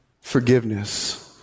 Forgiveness